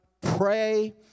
Pray